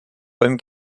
beim